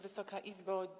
Wysoka Izbo!